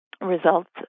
results